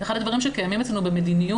אחד הדברים שקיימים אצלנו במדיניות